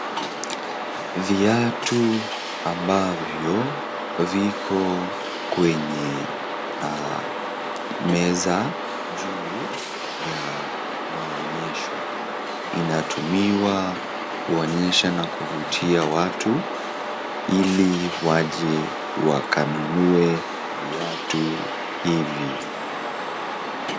viatu ambavyo viko kwenye meza juu ya maonyesho inatumiwa kuonyesha nakuvutia watu ili waje wakanunue viatu hivi.